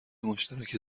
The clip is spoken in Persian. مشترک